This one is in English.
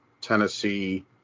Tennessee